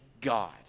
God